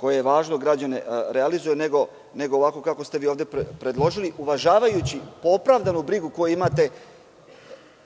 koje je važno za građane, realizuje, nego ovako kako ste vi ovde predložili, uvažavajući opravdanu brigu koju imate